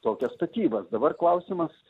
tokias statybas dabar klausimas